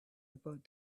about